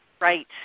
Right